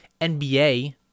NBA